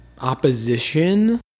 opposition